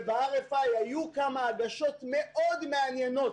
וב-RFI היו כמה הגשות מאוד מעניינות